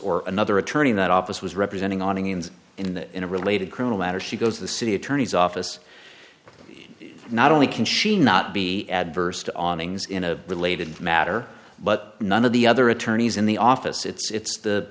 or another attorney in that office was representing awnings in the in a related criminal matter she goes to the city attorney's office not only can she not be adverse to on things in a related matter but none of the other attorneys in the office it's the it's the